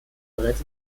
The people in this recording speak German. bereits